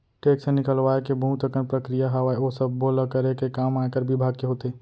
tax निकलवाय के बहुत अकन प्रक्रिया हावय, ओ सब्बो ल करे के काम आयकर बिभाग के होथे